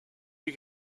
you